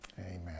amen